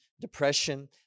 depression